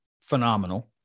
phenomenal